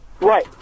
Right